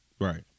Right